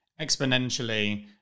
exponentially